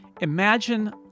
Imagine